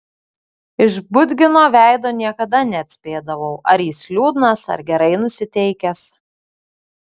iš budgino veido niekada neatspėdavau ar jis liūdnas ar gerai nusiteikęs